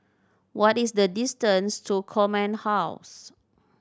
what is the distance to Command House